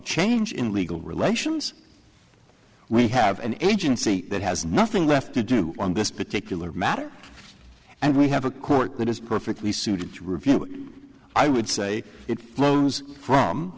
change in legal relations we have an agency that has nothing left to do on this particular matter and we have a court that is perfectly suited to review i would say it flows from